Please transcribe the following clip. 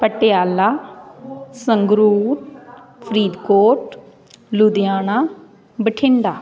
Patiala Sangrur Faridkot Ludhiana Bathinda